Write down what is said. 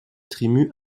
tribu